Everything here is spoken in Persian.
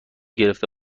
گرفته